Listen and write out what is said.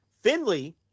Finley